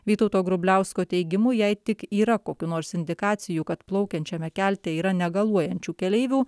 vytauto grubliausko teigimu jei tik yra kokių nors indikacijų kad plaukiančiame kelte yra negaluojančių keleivių